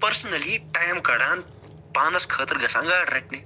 personally time کڑان پانَس خٲطرٕ گژھان گاڈٕ رَٹنہِ